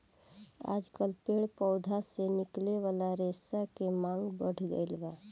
आजकल पेड़ पौधा से निकले वाला रेशा के मांग बढ़ गईल बा